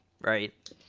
right